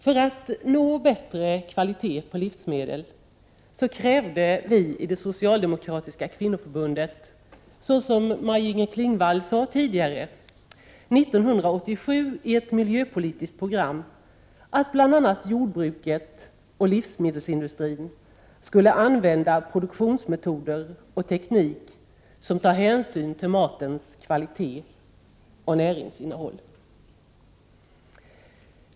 För att nå bättre kvalitet på livsmedel krävde vi i det socialdemokratiska kvinnoförbundet, så som Maj-Inger Klingvall sade tidigare, 1987 i ett miljöpolitiskt program att bl.a. jordbruket och livsmedelsindustrin skulle använda produktionsmetoder och teknik som tar hänsyn till matens kvalitet och näringsinnehåll.